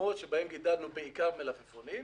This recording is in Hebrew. חממות שבהן גידלנו בעיקר מלפפונים.